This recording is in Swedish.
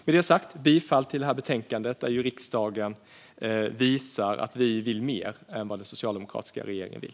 Med detta sagt yrkar jag bifall till utskottets förslag i betänkandet, där riksdagen visar att vi vill mer än den socialdemokratiska regeringen vill.